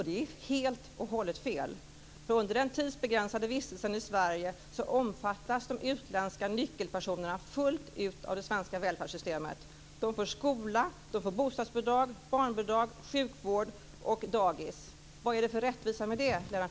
Det är helt och hållet fel, för under den tidsbegränsade vistelsen i Sverige omfattas de utländska nyckelpersonerna fullt ut av det svenska välfärdssystemet. De får skola, bostadsbidrag, barnbidrag, sjukvård och dagis. Vad är det för rättvisa med det,